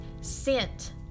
scent